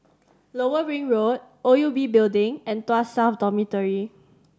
Lower Ring Road O U B Building and Tuas South Dormitory